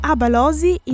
Abalosi